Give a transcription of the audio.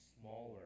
smaller